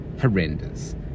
horrendous